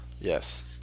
Yes